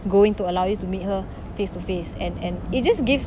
going to allow you to meet her face to face and and it just gives